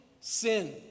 sin